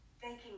thanking